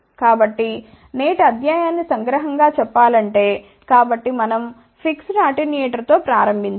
కాబట్టి నేటి అధ్యాయాన్ని సంగ్రహంగా చెప్పాలంటేకాబట్టి మనం ఫిక్స్డ్ అటెన్యూయేటర్తో ప్రారంభించాము